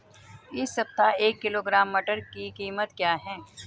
इस सप्ताह एक किलोग्राम मटर की कीमत क्या है?